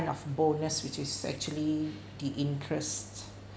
of bonus which is actually the interest